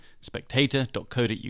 spectator.co.uk